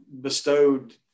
bestowed